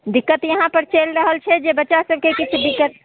दिक्कत यहाँपर चलि रहल छै जे बच्चा सबके किछु दिक्कत